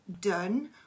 done